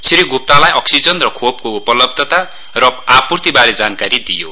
श्री ग्प्तालाई अक्सिजन र खोपको उपलब्धता र आपूर्तिबारे जानकारी दिइयो